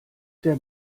der